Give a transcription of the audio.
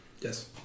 Yes